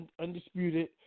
undisputed